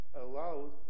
allowed